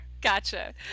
Gotcha